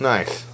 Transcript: Nice